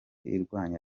irwanya